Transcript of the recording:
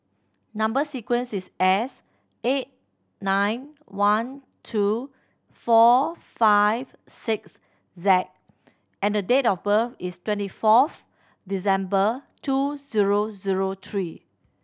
number sequence is S eight nine one two four five six Z and the date of birth is twenty fourth December two zero zero three